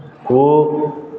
ओ